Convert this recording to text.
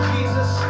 Jesus